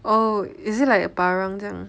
orh is it like a parang 这样